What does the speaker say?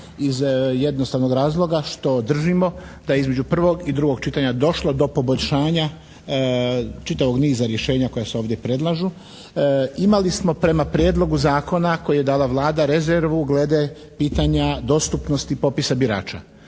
iz jednostavnog razloga što držimo da je između prvog i drugog čitanja došlo do poboljšanja čitavog niza rješenja koja se ovdje predlažu. Imali smo prema prijedlogu zakona koji je dala Vlada rezervu glede pitanja dostupnosti popisa birača.